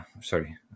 sorry